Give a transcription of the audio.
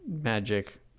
Magic